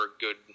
good